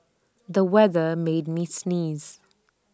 the weather made me sneeze